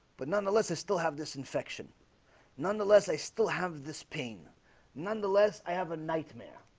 but nonetheless i still have this infection nonetheless. i still have this pain nonetheless. i have a nightmare